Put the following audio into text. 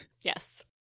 Yes